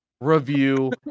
review